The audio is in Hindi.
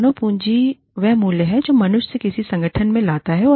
मानव पूँजी वह मूल्य है जो मनुष्य किसी संगठन में लाता है